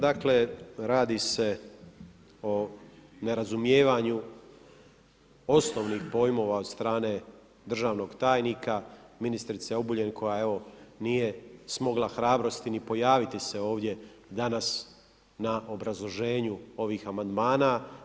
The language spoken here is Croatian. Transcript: Dakle radi se o ne razumijevanju osnovnih pojmova od strane državnog tajnika, ministrice Obuljen koja evo nije smogla hrabrosti ni pojaviti se ovdje danas na obrazloženju ovih amandmana.